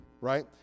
right